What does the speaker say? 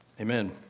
Amen